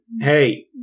Hey